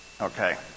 Okay